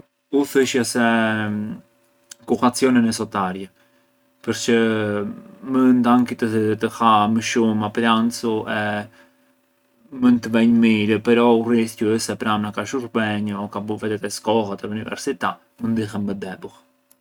U thëshja se kuhacjonën e sotarja përçë mënd anki të ha më shumë a pranzu e mënd venjë mirë però u rischiu ë se pranë na ka shurbenj o ka vete te skolla o te l’università mënd ndihem më debull.